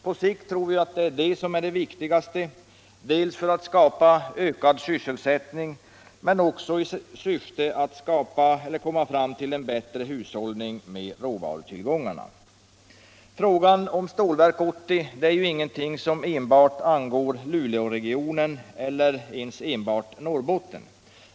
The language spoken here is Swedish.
På sikt tror vi att det är det som är viktigast, dels för att skapa ökad sysselsättning, dels för att komma fram till en bättre hushållning med råvarutillgångarna. Frågan om Stålverk 80 är inte något som bara angår Luleåregionen eller ens Norrbotten.